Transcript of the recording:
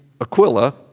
Aquila